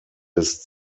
des